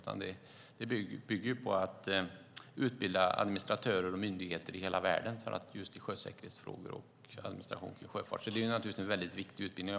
Den går ut på att utbilda administratörer och myndigheter i hela världen i sjösäkerhetsfrågor och administration kring sjöfart. Det är naturligtvis en mycket viktig utbildning.